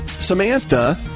Samantha